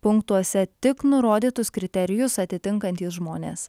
punktuose tik nurodytus kriterijus atitinkantys žmonės